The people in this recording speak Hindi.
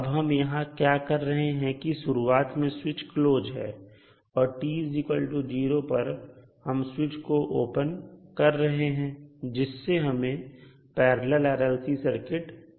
अब हम यहां क्या कर रहे हैं कि शुरुआत में स्विच क्लोज है और t0 पर हम स्विच को ओपन कर रहे हैं जिससे हमें पैरलल RLC सर्किट मिल रही है